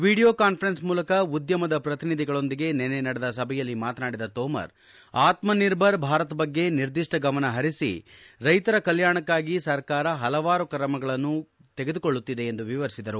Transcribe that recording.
video conference ಮೂಲಕ ಉದ್ಯಮದ ಪ್ರತಿನಿಧಿಗಳೊಂದಿಗೆ ನಿನ್ನೆ ನಡೆದ ಸಭೆಯಲ್ಲಿ ಮಾತನಾದಿದ ತೋಮರ್ ಆತ್ಮನಿರ್ಭರ್ ಭಾರತ್ ಬಗ್ಗೆ ನಿರ್ದಿಷ್ಟ ಗಮನ ಹರಿಸಿ ರೈತರ ಕಲ್ಯಾಣಕ್ನಾಗಿ ಸರ್ಕಾರ ಹಲವಾರು ಕ್ರಮಗಳನ್ನು ತೆಗೆದುಕೊಳ್ಳುತ್ತಿದೆ ಎಂದು ವಿವರಿಸಿದರು